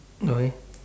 okay